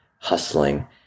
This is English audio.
hustling